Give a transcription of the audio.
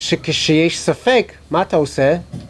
שכשיש ספק, מה אתה עושה?